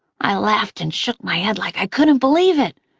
i laughed and shook my head like i couldn't believe it.